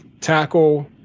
tackle